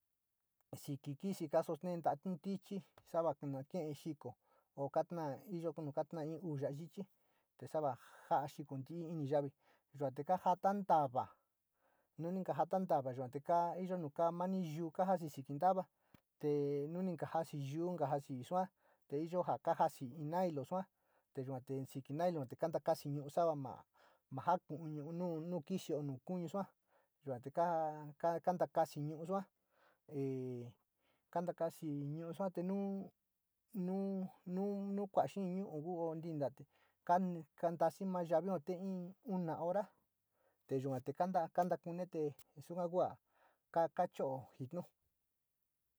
Siki kisi ka sostee nta´a nu tichi sava na ki´i xiko o kataa iyo nu kataa uu ya´a ichi te sava ja xiko ntii ini yavi yuate ka jata ntava nu ni kajaki ntava, kaa lip nu kaa mani’ yuu kajasi siki ntawa te nu mi kajasi kuu, kajasi suu te iyo ja kajasi in naijo saa te yuote siki naijo te kaa, te katsa kaspa nuu sawa ma, ma jakuu nuu nu kisi, nu kuno suu yua te koda kantskas nuu suu e tanta kosi nuu suu te nuu, nu, nu kua´a xee ñuu ku ko kinta kantasi na yavia, te in una hora te yua te kana kunee te saga kua ka kacho´o jitnu.